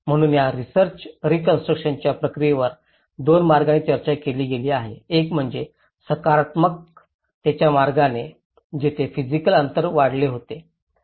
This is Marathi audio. म्हणून या रिसर्च रीकॉन्स्ट्रुकशनच्या प्रक्रियेवर दोन मार्गांनी चर्चा केली गेली आहे एक म्हणजे सकारात्मकतेच्या मार्गाने जिथे फिजिकल अंतर वाढले होते